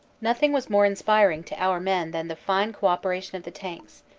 nothing was more inspiring to our men than the fine co operation of the tanks,